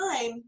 time